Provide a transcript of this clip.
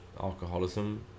alcoholism